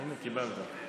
הינה, קיבלת.